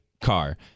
car